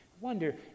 wonder